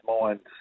mind's